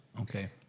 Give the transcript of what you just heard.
Okay